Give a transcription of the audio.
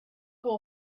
will